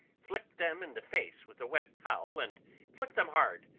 flick them in the face with a wet towel, and flick them hard.